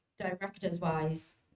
directors-wise